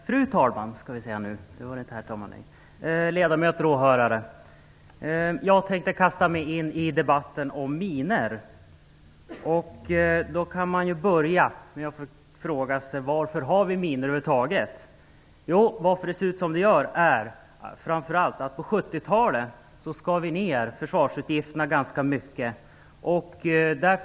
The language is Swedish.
Fru talman! Ledamöter och åhörare! Jag tänkte kasta mig in i debatten om minor. Man kan börja med att fråga sig varför vi har minor över huvud taget. Anledningen till att det ser ut som det gör är framför allt att vi skar ned försvarsutgifterna ganska mycket på 70-talet.